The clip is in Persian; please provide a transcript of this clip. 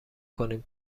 کنیم